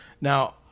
Now